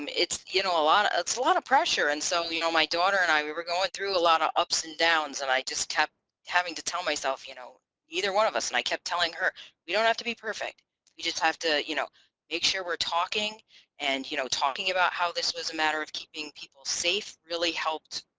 um it's you know a lot it's a lot of pressure and so you know my daughter and i we were going through a lot of ups and downs and i just kept having to tell myself you know either one of us and i kept telling her you don't have to be perfect you just have to you know make sure we're talking and you know talking about how this was a matter of keeping people safe really helped